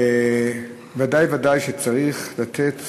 ודאי וודאי שצריך לתת